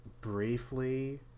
briefly